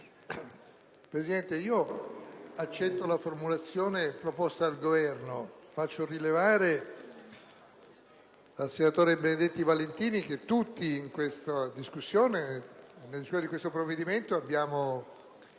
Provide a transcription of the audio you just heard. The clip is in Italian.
Presidente, accetto la formulazione proposta dal Governo. Faccio rilevare al senatore Benedetti Valentini che tutti, nell'esame di questo provvedimento, abbiamo